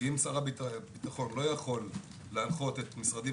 כי אם שר הביטחון לא יכול להנחות את המשרדים